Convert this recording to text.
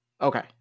Okay